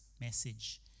message